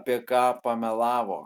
apie ką pamelavo